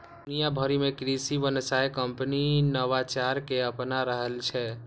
दुनिया भरि मे कृषि व्यवसाय कंपनी नवाचार कें अपना रहल छै